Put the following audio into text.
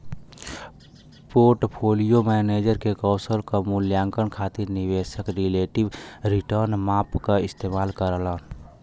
portfolio manager के कौशल क मूल्यांकन खातिर निवेशक रिलेटिव रीटर्न माप क इस्तेमाल करलन